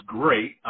great